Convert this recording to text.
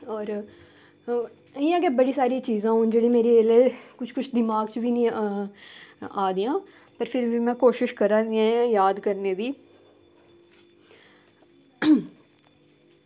इंया गै बड़ी सारी चीज़ां न जेह्ड़ियां हून मेरे दमाग च बी निं हैन आवा दियां ते फिर बी में कोशिश करा नी आं याद करने दी